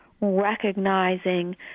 recognizing